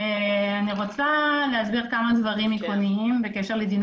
אני רוצה להסביר כמה דברים עקרוניים בקשר לדיני